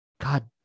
God